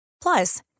Plus